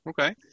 okay